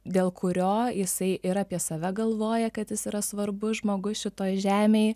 dėl kurio jisai ir apie save galvoja kad jis yra svarbus žmogus šitoj žemėj